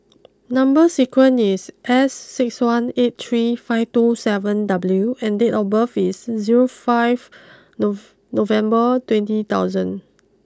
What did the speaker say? number sequence is S six one eight three five two seven W and date of birth is zero five November twenty thousand